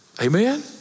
Amen